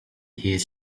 his